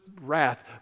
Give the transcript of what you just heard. wrath